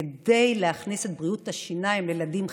כדי להכניס את בריאות השיניים לילדים חינם,